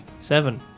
Seven